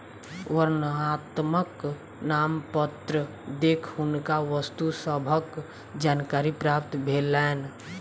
वर्णनात्मक नामपत्र देख हुनका वस्तु सभक जानकारी प्राप्त भेलैन